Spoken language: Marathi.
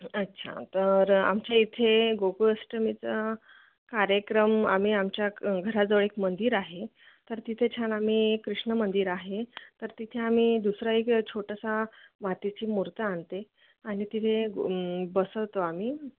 अच्छा तर आमच्या इथे गोकुळाष्टमीचा कार्यक्रम आम्ही आमच्या घराजवळ एक मंदिर आहे तर तिथे छान आम्ही कृष्ण मंदिर आहे तर तिथे आम्ही दुसरं एक छोटासा मातीची मूर्ती आणते आणि तिथे गो बसवतो आम्ही